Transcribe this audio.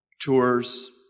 tours